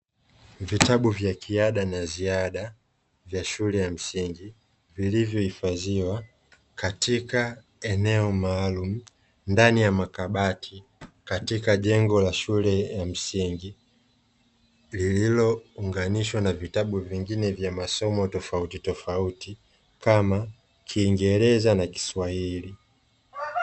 Vitabu vya kiada na ziada vya shule ya msingi, vilivyohifadhiwa katika eneo maalumu, ndani ya makabati katika jengo la shule ya msingi, lililounganishawa na vitabu vingine vya masomo tofautitofauti; kama kingereza na kiswahili.